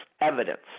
Evidence